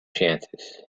chances